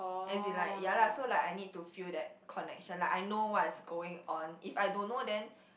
as in like ya lah so like I need to feel that connection lah I know what is going on if I don't know then